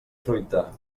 fruita